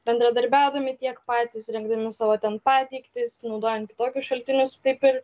bendradarbiaudami tiek patys rinkdami savo ten pateiktis naudojant kitokius šaltinius taip ir